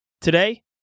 Today